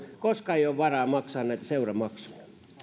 koska ei ole varaa maksaa seuramaksuja